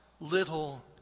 little